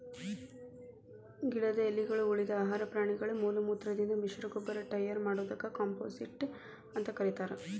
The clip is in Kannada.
ಗಿಡದ ಎಲಿಗಳು, ಉಳಿದ ಆಹಾರ ಪ್ರಾಣಿಗಳ ಮಲಮೂತ್ರದಿಂದ ಮಿಶ್ರಗೊಬ್ಬರ ಟಯರ್ ಮಾಡೋದಕ್ಕ ಕಾಂಪೋಸ್ಟಿಂಗ್ ಅಂತ ಕರೇತಾರ